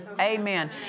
Amen